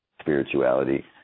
spirituality